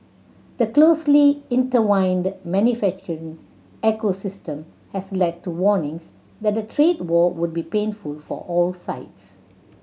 the closely intertwined manufacturing ecosystem has led to warnings that a trade war would be painful for all sides